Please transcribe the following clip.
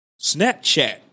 Snapchat